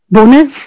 Bonus